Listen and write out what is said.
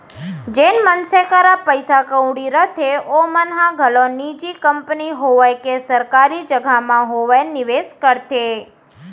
जेन मनसे करा पइसा कउड़ी रथे ओमन ह घलौ निजी कंपनी होवय के सरकारी जघा म होवय निवेस करथे